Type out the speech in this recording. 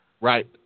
Right